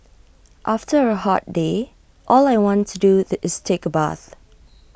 after A hot day all I want to do the is take A bath